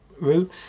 route